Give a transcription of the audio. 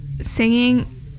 singing